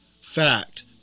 Fact